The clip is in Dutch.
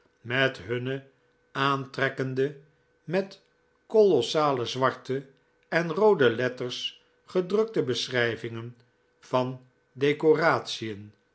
met hunne aantrekkende met kolossale zwarte en roode letters gedrukte beschrijvingen van decoratien